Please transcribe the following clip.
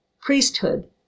priesthood